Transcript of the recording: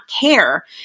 care